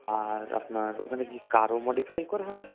আর আপনার ওখানে কি কারও মডিফাই করা হয়